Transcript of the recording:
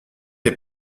les